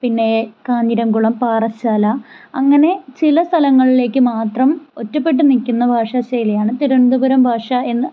പിന്നെ കാഞ്ഞിരംകുളം പാറശ്ശാല അങ്ങനെ ചില സ്ഥലങ്ങളിലേക്ക് മാത്രം ഒറ്റപ്പെട്ട് നിക്കുന്ന ഭാഷ ശൈലിയാണ് തിരുവനന്തപുരം ഭാഷ എന്ന്